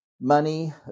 money